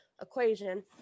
equation